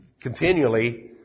continually